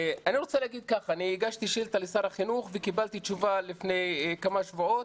אני הגשתי שאילתה לשר החינוך וקיבלתי תשובה לפני כמה שבועות.